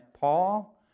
Paul